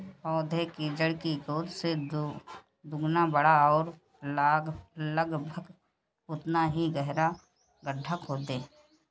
पौधे की जड़ की गेंद से दोगुना बड़ा और लगभग उतना ही गहरा गड्ढा खोदें